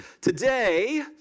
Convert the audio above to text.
Today